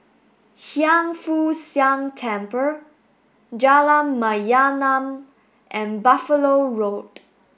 Hiang Foo Siang Temple Jalan Mayaanam and Buffalo Road